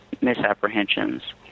misapprehensions